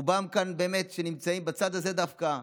רובם כאן, באמת, מי שנמצאים בצד הזה דווקא,